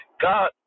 God